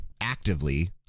actively